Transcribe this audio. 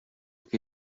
che